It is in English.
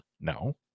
No